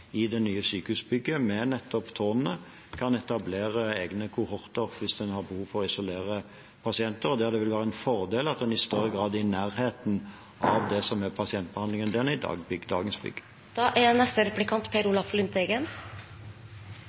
i det nye sykehusbygget, med nettopp tårnene, kan etablere egne kohorter hvis man har behov for å isolere pasienter. Da vil det være en fordel at man i stor grad er i nærheten av det som er pasientbehandlingen i dagens bygg. Det vi diskuterer nå, er de største planene for hele Sykehus-Norge. Det er